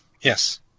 Yes